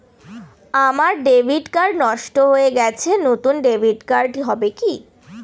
আমার debit card নষ্ট হয়ে গেছে নূতন ডেবিট কার্ড হবে কি?